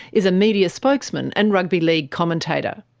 is a media spokesman and rugby league commentator.